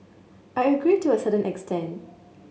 I agree to a certain extent